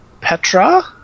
Petra